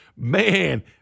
Man